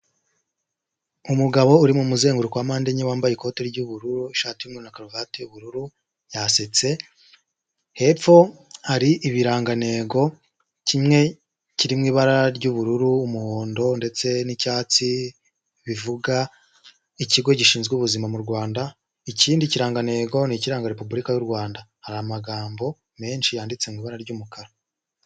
Umugabo uri mu muzenguko wa mpande enye wambaye ikote ry'ubururu, ishati yy'umweru na karuvati y'ubururu yasetse. Hepfo hari ibirangantego kimwe kiri mu ibara ry'ubururu, umuhondo ndetse n'icyatsi, bivuga ikigo gishinzwe ubuzima mu Rwanda, ikindi ni kirangantego ni ikiranga repubulika y'u Rwanda hari amagambo menshi yanditse mu ibara ry'umukara.